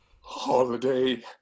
Holiday